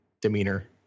demeanor